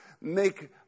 make